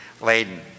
laden